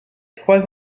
trois